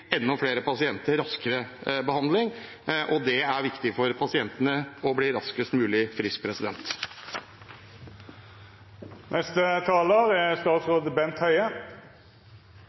enda flere pasienter raskere behandling. Det er viktig for pasientene å bli friske raskest mulig. Regjeringens ambisjon er